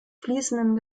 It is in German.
fließenden